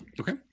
Okay